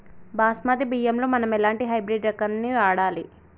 బాస్మతి బియ్యంలో మనం ఎలాంటి హైబ్రిడ్ రకం ని వాడాలి?